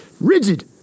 Rigid